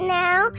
now